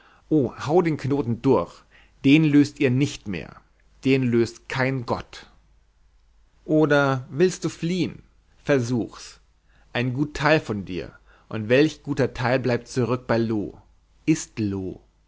hau den knoten durch den löst ihr nicht mehr den löst kein gott oder willst du fliehn versuch's ein gut teil von dir und welch guter teil bleibt zurück bei loo ist loo